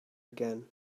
again